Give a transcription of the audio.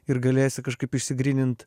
ir galėsi kažkaip išsigrynint